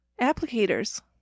Applicators